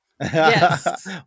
Yes